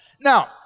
Now